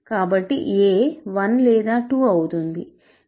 కాబట్టి a 1 లేదా 2 అవుతుంది